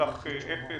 בסך 0,